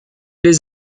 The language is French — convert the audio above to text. les